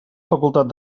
facultat